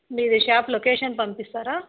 మీది shop location పంపిస్తారా